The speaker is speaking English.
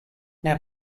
now